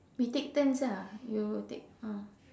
we take turns ah you take ah